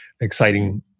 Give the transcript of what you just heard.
exciting